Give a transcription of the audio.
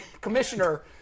commissioner